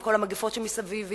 עם כל המגפות שמסביב,